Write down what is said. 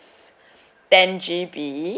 ten G_B